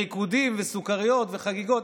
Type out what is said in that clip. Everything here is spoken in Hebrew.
בריקודים, בסוכריות, בחגיגות?